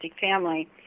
family